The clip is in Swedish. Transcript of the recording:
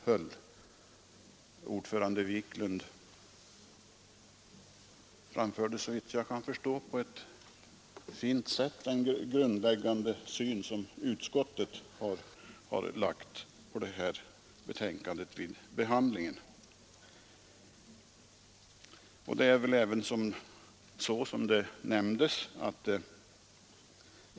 Herr Wiklund i Stockholm framförde såvitt jag kan förstå på ett fint sätt den grundläggande syn som utskottet lagt på den här föreslagna lagstiftningen på äktenskapsrättens område.